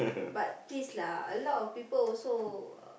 but please lah a lot of people also